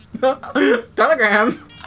Telegram